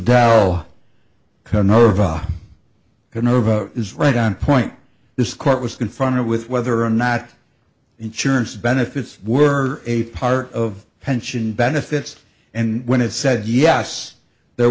nova is right on point this court was confronted with whether or not insurance benefits were a part of pension benefits and when it said yes there